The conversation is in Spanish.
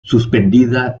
suspendida